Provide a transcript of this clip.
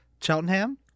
Cheltenham